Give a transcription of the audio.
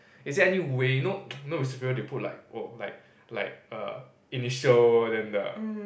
is there any way you know some people they put like oh like like err initial then the